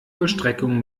vollstreckung